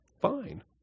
fine